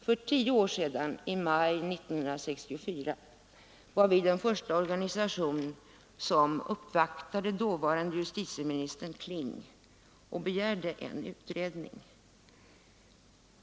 För tio år sedan, i maj 1964, var vi den första organisation som uppvaktade dåvarande justitieministern Kling och begärde en utredning.